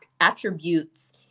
attributes